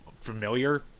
familiar